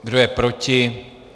Kdo je proti?